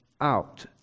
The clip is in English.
out